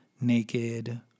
naked